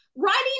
Writing